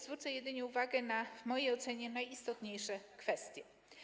Zwrócę jedynie uwagę na w mojej ocenie najistotniejsze kwestie.